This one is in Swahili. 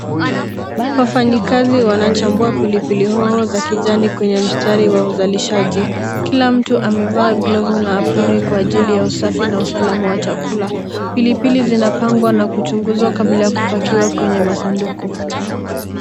Wafanyakazi wanachambua pilipili hoho za kijani kwenye mstari wa uzalishaji ,kila mtu amevaa glovu na aproni kwa ajili ya usafi na usalama wa chakula pili pili zinapangwa na kuchunguzwa kabla ya kupakiwa kwenye masanduku.